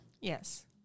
Yes